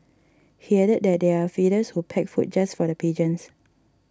he added that there are feeders who pack food just for the pigeons